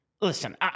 Listen